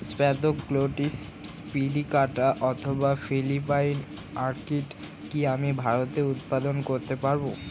Spathoglottis plicata অথবা Philippine orchid কি আমি ভারতে উৎপাদন করতে পারবো?